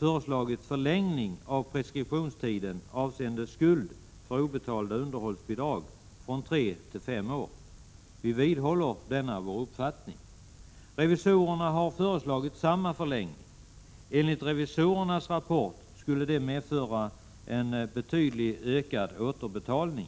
87:50 återbetalning.